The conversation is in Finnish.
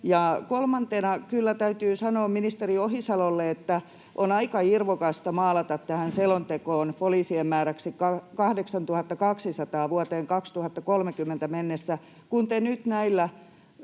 kolmantena kyllä täytyy sanoa ministeri Ohisalolle, että on aika irvokasta maalata tähän selontekoon poliisien määräksi 8 200 vuoteen 2030 mennessä, kun te nyt sekä